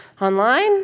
online